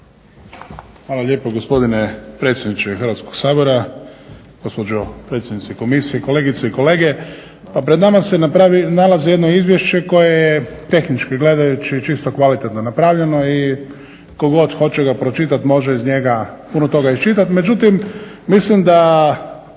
Hvala lijepo gospodine predsjedniče Hrvatskoga sabora, gospođo predsjednice Komisije, kolegice i kolege! Pred nama se nalazi jedno izvješće koje je tehnički gledano čisto kvalitetno napravljeno i tko god hoće ga pročitati može iz njega puno toga iščitati.